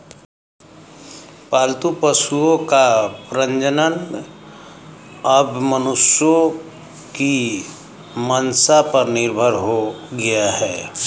पालतू पशुओं का प्रजनन अब मनुष्यों की मंसा पर निर्भर हो गया है